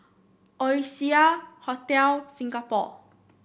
Oasia Hotel Singapore